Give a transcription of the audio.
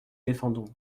défendons